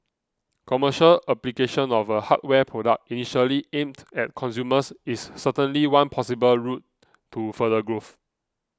commercial application of a hardware product initially aimed at consumers is certainly one possible route to further growth